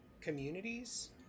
communities